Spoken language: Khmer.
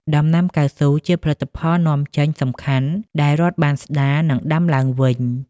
ដំណាំកៅស៊ូជាផលិតផលនាំចេញសំខាន់ ដែលរដ្ឋបានស្តារ និងដាំឡើងវិញ។